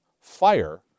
fire